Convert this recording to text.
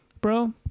bro